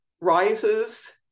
rises